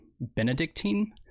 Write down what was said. benedictine